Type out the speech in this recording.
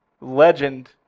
legend